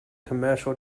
commercial